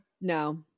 No